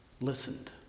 listened